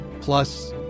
plus